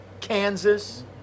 Kansas